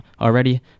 already